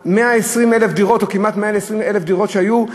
מ-120,000 דירות או כמעט 120,000 דירות שהיו,